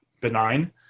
benign